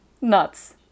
nuts